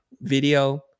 video